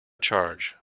charge